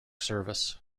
service